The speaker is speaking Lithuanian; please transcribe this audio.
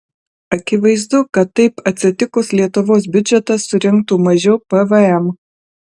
akivaizdu kad taip atsitikus lietuvos biudžetas surinktų mažiau pvm